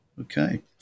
Okay